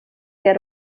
get